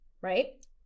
right